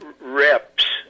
reps